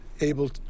able